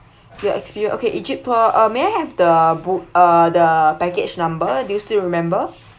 your experience okay egypt tour uh may I have the boo~ uh the package number do you still remember